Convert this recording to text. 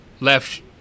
left